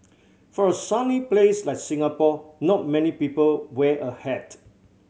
for a sunny place like Singapore not many people wear a hat